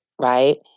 Right